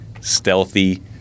stealthy